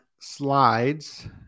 slides